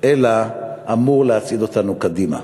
אלא הוא אמור להצעיד אותנו קדימה.